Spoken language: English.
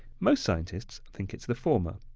most scientists think it's the former,